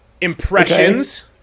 impressions